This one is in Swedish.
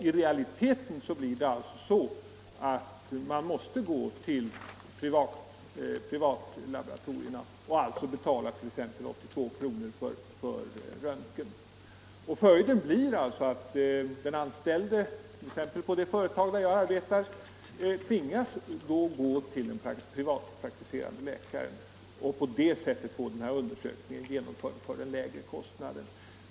I realiteten är det alltså så att man måste gå till privatlaboratorierna och betala t.ex. 82 kr. för röntgen. Följden blir att den anställde, exempelvis använda levande ljus i barnstugor på det företag där jag arbetar, tvingas vända sig till en privatpraktiserande läkare för att på det sättet få undersökningen utförd till den lägre kostnaden.